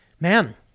Man